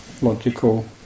logical